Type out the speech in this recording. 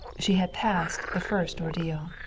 she had passed the first ordeal.